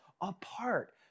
apart